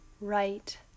right